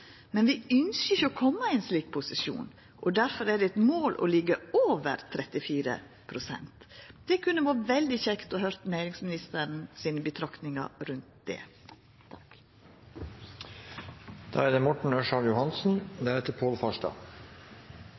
Men ein ønskjer ikkje å koma i ein slik posisjon, og difor er det eit mål å liggja over 34 pst. Det kunne vore veldig kjekt å høyra næringsministeren sine betraktningar rundt det.